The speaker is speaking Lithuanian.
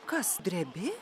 kas drebi